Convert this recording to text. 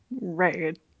right